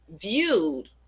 viewed